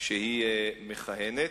שהיא מכהנת.